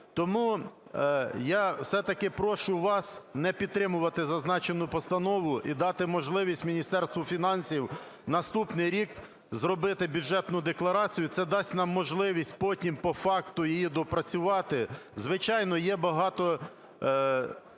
Тому я все-таки прошу вас не підтримувати зазначену постанову і дати можливість Міністерству фінансів наступний рік зробити бюджетну декларацію. Це дасть нам можливість потім по факту її допрацювати. Звичайно, є багато,